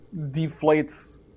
deflates